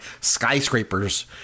skyscrapers